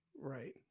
Right